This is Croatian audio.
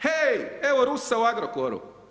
Hej evo Rusa u Agrokoru.